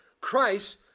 Christ